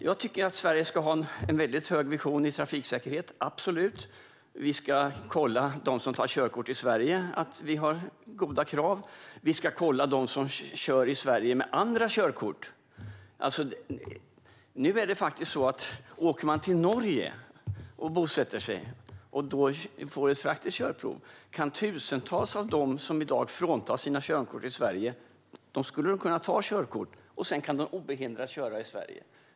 Jag tycker att Sverige ska ha en vision om en hög trafiksäkerhet, absolut. Vi ska kolla dem som tar körkort i Sverige och ha goda krav. Vi ska kolla dem som kör i Sverige med andra körkort. Nu är det så att om man åker till Norge och bosätter sig får man ett praktiskt körprov. Tusentals av dem som i dag fråntas sina körkort i Sverige skulle kunna ta körkort där, och sedan kan de obehindrat köra i Sverige.